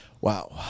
wow